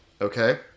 okay